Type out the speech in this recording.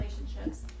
relationships